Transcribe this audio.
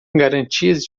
garantias